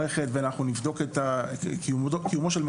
קיומו של מידע ביטחוני רלוונטי והוא יועבר למשרד החינוך,